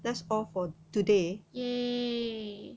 !yay!